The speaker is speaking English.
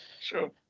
sure